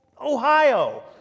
Ohio